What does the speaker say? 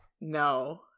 No